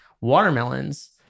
watermelons